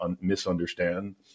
misunderstand